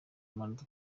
amanota